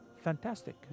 fantastic